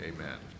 Amen